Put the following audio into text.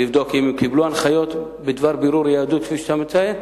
לבדוק אם הם קיבלו הנחיות בדבר בירור יהדות כפי שאתה מציין,